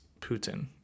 Putin